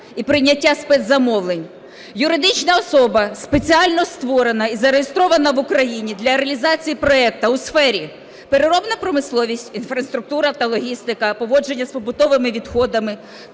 і "прийняття спецзамовлень". Юридична особа, спеціально створена і зареєстрована в Україні для реалізації проекту у сфері "переробна промисловість", "інфраструктура та логістика", " поводження з побутовими відходами",